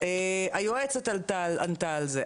היועצת עלתה על זה,